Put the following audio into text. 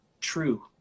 True